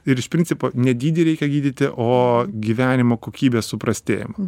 ir iš principo ne dydį reikia gydyti o gyvenimo kokybės suprastėjimą